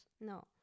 No